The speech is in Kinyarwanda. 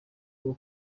bwo